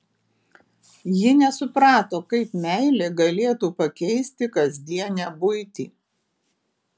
ji nesuprato kaip meilė galėtų pakeisti kasdienę buitį